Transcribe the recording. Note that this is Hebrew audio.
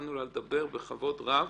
ונתנו לה לדבר בכבוד רב,